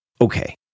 Okay